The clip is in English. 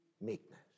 meekness